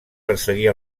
perseguir